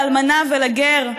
לאלמנה ולגר,